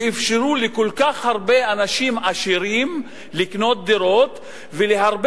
שאפשרו לכל כך הרבה אנשים עשירים לקנות דירות ולהרבה